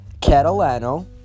Catalano